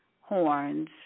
horns